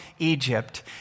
Egypt